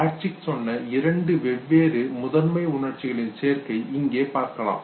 Plutchik சொன்ன இரண்டு வெவ்வேறு முதன்மை உணர்ச்சிகளின் சேர்க்கையை இங்கே பார்க்கலாம்